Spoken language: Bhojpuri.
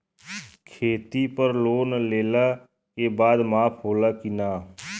खेती पर लोन लेला के बाद माफ़ होला की ना?